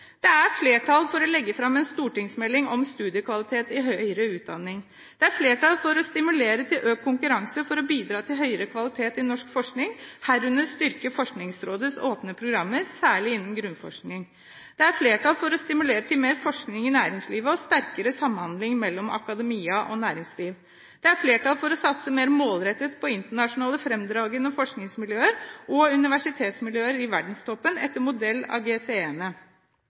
Det er flertall for å legge fram en stortingsmelding om studiekvalitet i høyere utdanning stimulere til økt konkurranse for å bidra til høyere kvalitet i norsk forskning, herunder styrke Forskningsrådets åpne programmer, særlig innen grunnforskning stimulere til mer forskning i næringslivet og til sterkere samhandling mellom akademia og næringsliv satse mer målrettet på internasjonalt fremragende forskningsmiljøer og universitetsmiljøer i verdenstoppen, etter modell av